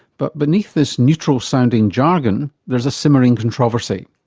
but beneath this neutral sounding jargon, there's a simmering controversy.